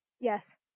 Yes